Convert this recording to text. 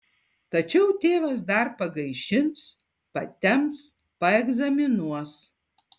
tačiau tėvas dar pagaišins patemps paegzaminuos